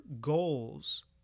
goals